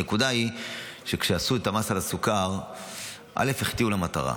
הנקודה היא שכשעשו את המס על הסוכר החטיאו את המטרה.